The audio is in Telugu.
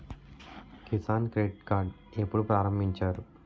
కిసాన్ క్రెడిట్ కార్డ్ ఎప్పుడు ప్రారంభించారు?